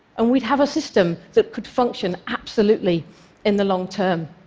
and we would have a system that could function absolutely in the long term.